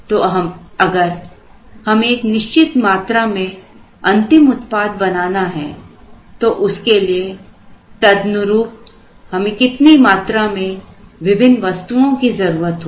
तो अगर हमें एक निश्चित मात्रा में अंतिम उत्पाद बनाना है तो उसके लिए तदनुरूप हमें कितनी मात्रा में विभिन्न वस्तुओं की जरूरत होगी